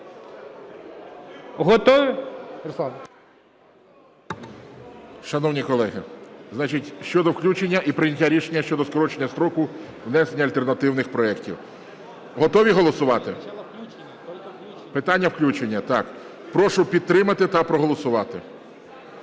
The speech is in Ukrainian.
Шановні колеги, значить, щодо включення і прийняття рішення щодо скорочення строку внесення альтернативних проектів. Готові голосувати? Питання включення, так. Прошу підтримати та проголосувати.